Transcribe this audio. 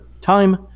time